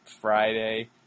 Friday